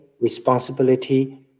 responsibility